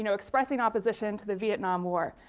you know expressing opposition to the vietnam war.